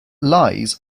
lies